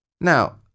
Now